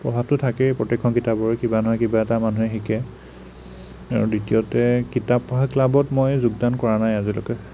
প্ৰভাৱটো থাকেই প্ৰত্যেকখন কিতাপৰে কিবা নহয় কিবা এটা মানুহে শিকে আৰু দ্বিতীয়তে কিতাপ পঢ়া ক্লাবত মই যোগদান কৰা নাই আজিলৈকে